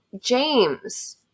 James